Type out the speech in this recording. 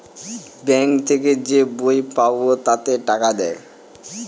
bank থেকে যে বই পাবো তাতে টাকা দেয়